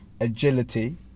agility